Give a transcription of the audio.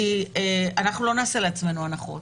כי אנחנו לא נעשה לעצמנו הנחות